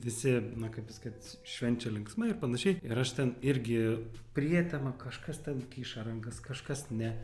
visi kaip pasakyt švenčia linksmai ir panašiai ir aš ten irgi prietema kažkas ten kiša rankas kažkas ne